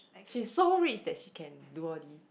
she's so rich that she can do all these